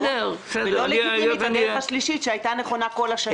שלא לגיטימית הדרך השלישית שהייתה נכונה כל השנים.